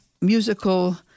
musical